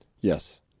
Yes